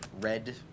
red